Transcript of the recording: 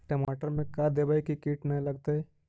टमाटर में का देबै कि किट न लगतै?